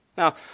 Now